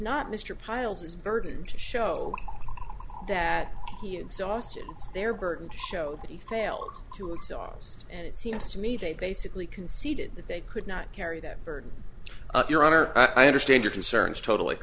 not mr pyles his burden to show that he exhausted their burden to show that he failed to exhaust and it seems to me they basically conceded that they could not carry that burden your honor i understand your concerns totally